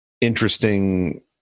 interesting